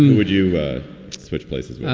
would you switch places? oh,